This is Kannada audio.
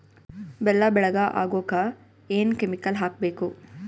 ಬೆಲ್ಲ ಬೆಳಗ ಆಗೋಕ ಏನ್ ಕೆಮಿಕಲ್ ಹಾಕ್ಬೇಕು?